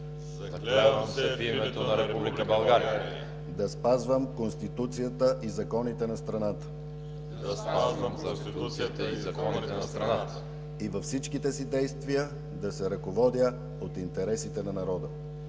да спазвам Конституцията и законите на страната и във всичките си действия да се ръководя от интересите на народа.